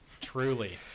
truly